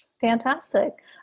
Fantastic